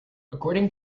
according